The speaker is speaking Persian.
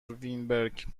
وینبرگ